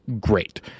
great